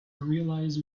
realize